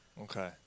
Okay